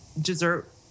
dessert